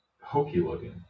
hokey-looking